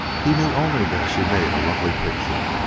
he knew only that she made a lovely picture,